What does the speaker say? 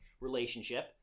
relationship